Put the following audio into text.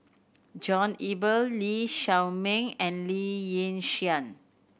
John Eber Lee Shao Meng and Lee Yi Shyan